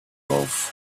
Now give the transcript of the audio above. off